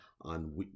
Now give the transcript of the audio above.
on